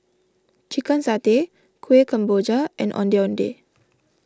Chicken Satay Kueh Kemboja and Ondeh Ondeh